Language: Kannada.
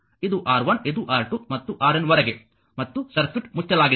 ಇದು R1 ಇದು R2 ಮತ್ತು RN ವರೆಗೆ ಮತ್ತು ಸರ್ಕ್ಯೂಟ್ ಮುಚ್ಚಲಾಗಿದೆ